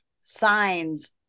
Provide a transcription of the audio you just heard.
signs